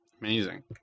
Amazing